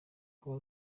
kuba